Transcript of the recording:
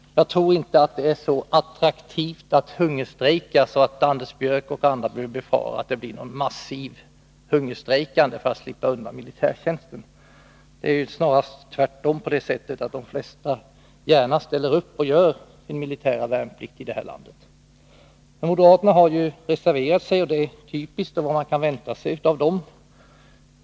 Jag tror inte att det ärså attraktivt att hungerstrejka att Anders Björck och andra behöver befara att det blir något massivt hungerstrejkande för att man skall slippa undan militärtjänsten. Snarast förhåller det sig ju så, att de flesta i det här landet gärna ställer upp och gör sin värnplikt. Moderaterna har reserverat sig, och det var ju vad man kunde vänta sig.